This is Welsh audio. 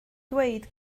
dweud